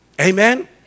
Amen